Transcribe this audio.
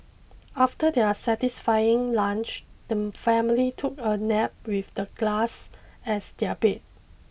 after their satisfying lunch the family took a nap with the glass as their bed